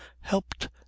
helped